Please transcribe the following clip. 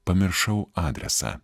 pamiršau adresą